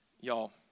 Y'all